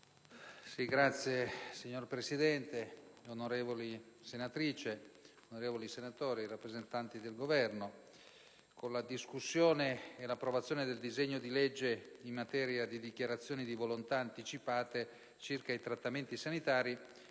*(PdL)*. Signor Presidente, onorevoli senatrici e senatori, rappresentanti del Governo, con la discussione e l'approvazione del disegno di legge in materia di dichiarazioni di volontà anticipate circa i trattamenti sanitari,